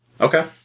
Okay